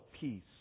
peace